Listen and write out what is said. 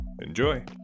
Enjoy